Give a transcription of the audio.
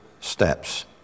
steps